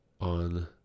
on